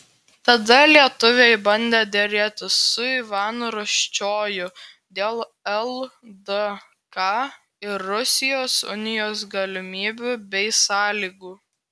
tada lietuviai bandė derėtis su ivanu rūsčiuoju dėl ldk ir rusijos unijos galimybių bei sąlygų